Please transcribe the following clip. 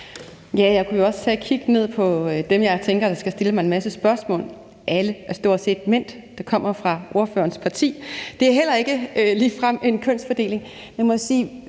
Jeg kunne jo også kigge ned på dem, jeg tænker der skal stille mig en masse spørgsmål: Stort set alle er mænd, der kommer fra ordførerens parti. Der er heller ikke en lige kønsfordeling,